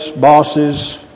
bosses